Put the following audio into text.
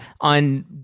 on